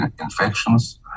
infections